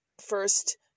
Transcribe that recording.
first